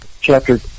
chapter